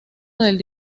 del